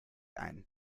ein